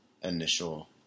initial